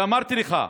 אמרתי לך,